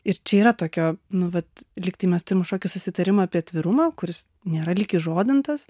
ir čia yra tokio nu vat lygtai mes turim kažkokius susitarimą apie atvirumą kuris nėra lyg įžodintas